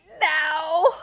now